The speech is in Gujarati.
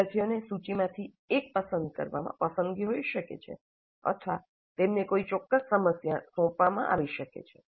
વિદ્યાર્થીઓને સૂચિમાંથી એક પસંદ કરવામાં પસંદગી હોઈ શકે છે અથવા તેમને કોઈ ચોક્કસ સમસ્યા સોંપવામાં આવી શકે છે